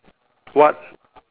what